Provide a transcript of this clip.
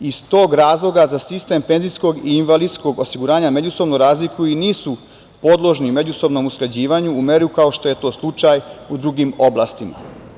Iz tog razloga za sistem penzijskog i invalidskog osiguranja, međusobno razlikuju i nisu podložni međusobnom usklađivanju u meri kao što je to slučaj u drugim oblastima.